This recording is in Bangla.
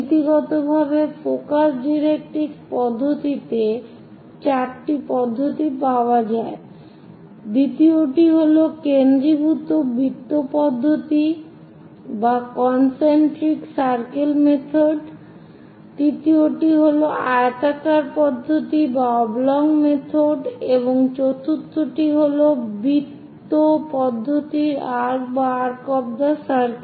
নীতিগতভাবে ফোকাস ডাইরেক্ট্রিক্স পদ্ধতিতে চারটি পদ্ধতি পাওয়া যায় দ্বিতীয়টি হল কেন্দ্রীভূত বৃত্ত পদ্ধতি তৃতীয়টি হল আয়তাকার পদ্ধতি এবং চতুর্থটি হল বৃত্ত পদ্ধতির আর্ক